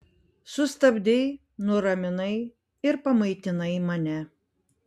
sustabdei nuraminai ir pamaitinai mane